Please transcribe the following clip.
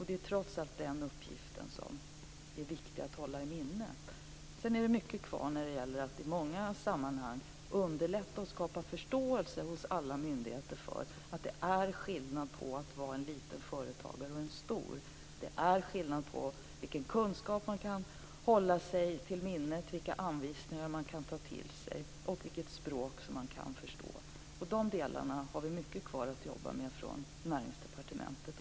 Det är trots allt den uppgiften som är viktig att hålla i minnet. Sedan återstår mycket när det gäller att i många sammanhang skapa förståelse hos alla myndigheter för att det är skillnad mellan att vara en liten företagare och en stor. Det är skillnad på vilken kunskap man kan hålla sig till minne, vilka anvisningar man kan ta till sig och vilket språk man förstår. I dessa delar har vi mycket att kvar att jobba med från Näringsdepartementets sida.